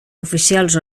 oficials